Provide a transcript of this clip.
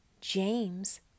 James